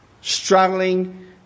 struggling